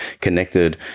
connected